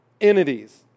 entities